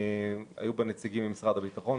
הוועדה כללה נציגים ממשרדי הביטחון,